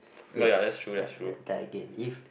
yes that that that again if